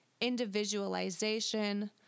individualization